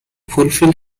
fulfill